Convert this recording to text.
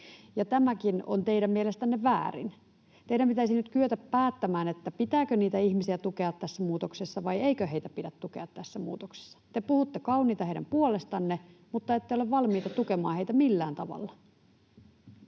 tämäkin on teidän mielestänne väärin. Teidän pitäisi nyt kyetä päättämään, pitääkö ihmisiä tukea tässä muutoksessa vai eikö heitä pidä tukea tässä muutoksessa. Te puhutte kauniita heidän puolestaan, mutta ette ole valmiita tukemaan heitä millään tavalla.